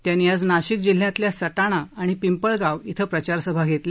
त्यांनी आज नाशिक जिल्ह्यातील सटाणा आणि पिंपळगाव िं प्रचार सभा घेतल्या